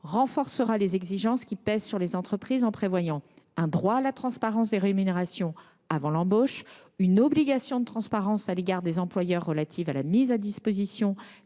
renforcera les exigences qui pèsent sur les entreprises en prévoyant un droit à la transparence des rémunérations avant l’embauche, une obligation de transparence à l’égard des employeurs relative à la mise à disposition